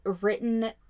written